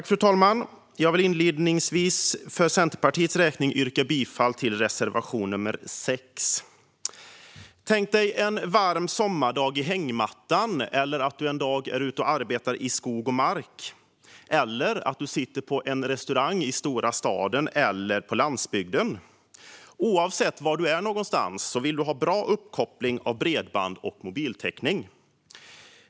Fru talman! Jag vill inledningsvis för Centerpartiets räkning yrka bifall till reservation 6. Tänk dig att du ligger i hängmattan en varm sommardag, att du är ute och arbetar i skog och mark eller att du sitter på en restaurang i stora staden eller på landsbygden. Oavsett var du är någonstans vill du ha bra bredbandsuppkoppling och mobiltäckning.